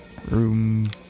Room